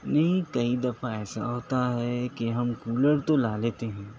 نہیں کئی دفعہ ایسا ہوتا ہے کہ ہم کولر تو لے لیتے ہیں